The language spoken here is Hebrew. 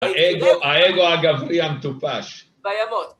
האגו הגברי המטופש. בימות.